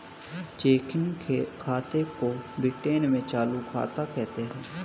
checking खाते को Britain में चालू खाता कहते हैं